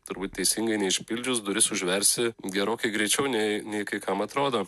turbūt teisingai neišpildžius duris užversi gerokai greičiau nei nei kai kam atrodo